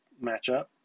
matchup